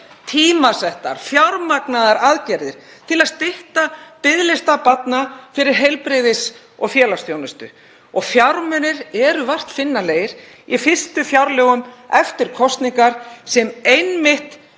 Tímasettar fjármagnaðar aðgerðir til að stytta biðlista barna eftir heilbrigðis- og félagsþjónustu og fjármunir eru vart finnanleg í fyrstu fjárlögum eftir kosningasigur sem var einmitt